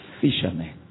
Fishermen